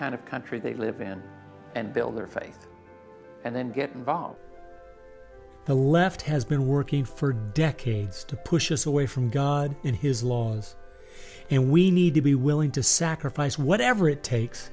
kind of country they live in and build their faith and then get involved the left has been working for decades to push us away from god in his laws and we need to be willing to sacrifice whatever it takes